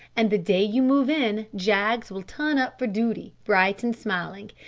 and the day you move in, jaggs will turn up for duty, bright and smiling.